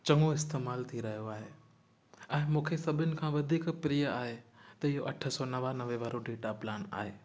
चङो इस्तेमाल थी रहियो आहे ऐं मूंखे सभिनि खां वधीक प्रिय आहे त इहो अठ सौ नवानवे वारो डेटा प्लान आहे